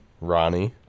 Ronnie